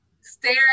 stare